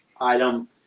item